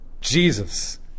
Jesus